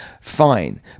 fine